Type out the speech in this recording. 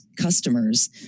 customers